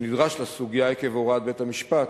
שנדרש לסוגיה עקב הוראת בית-המשפט,